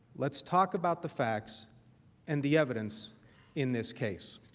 lets talk about the facts and the evidence in this case.